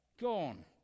gone